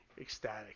ecstatic